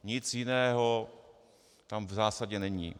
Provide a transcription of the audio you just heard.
Nic jiného tam v zásadě není.